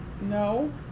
no